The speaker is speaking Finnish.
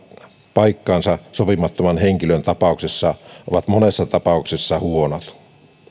paikkaansa sopimattoman henkilön tapauksessa ovat monessa tapauksessa huonot